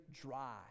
dry